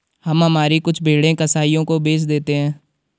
हम हमारी कुछ भेड़ें कसाइयों को बेच देते हैं